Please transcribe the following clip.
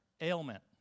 ailment